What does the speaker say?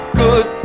good